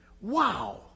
Wow